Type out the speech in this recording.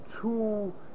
two